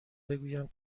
بگویم